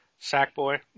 Sackboy